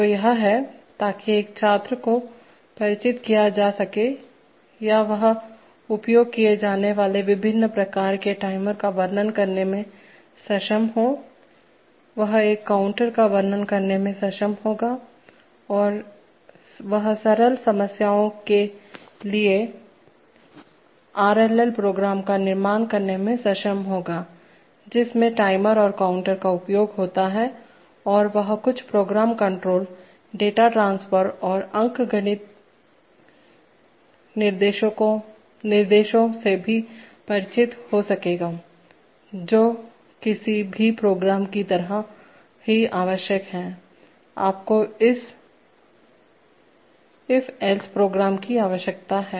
जो यह है ताकि एक छात्र को परिचित किया जा सके या वह उपयोग किए जाने वाले विभिन्न प्रकार के टाइमर का वर्णन करने में सक्षम हो वह एक काउंटर का वर्णन करने में सक्षम होगावह सरल समस्याओं के लिए आरएलएल प्रोग्राम का निर्माण करने में सक्षम होगा जिसमे टाइमर और काउंटर का उपयोग होता हैंऔर वह कुछ प्रोग्राम कंट्रोल डेटा ट्रांसफर और अंक गणितीय निर्देशों से भी परिचित हो सकेगा जो किसी भी प्रोग्राम की तरह ही आवश्यक हैंआपको ईफ एल्स प्रोग्रामकी आवश्यकता है